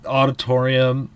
auditorium